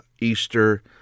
Easter